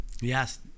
Yes